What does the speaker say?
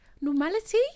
Normality